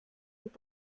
und